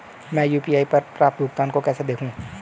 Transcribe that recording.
मैं यू.पी.आई पर प्राप्त भुगतान को कैसे देखूं?